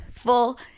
full